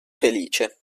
felice